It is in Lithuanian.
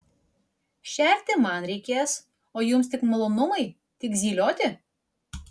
šerti man reikės o jums tik malonumai tik zylioti